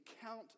count